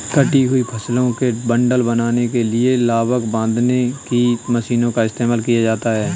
कटी हुई फसलों के बंडल बनाने के लिए लावक बांधने की मशीनों का इस्तेमाल किया जाता है